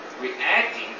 reacting